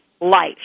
life